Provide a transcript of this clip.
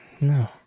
No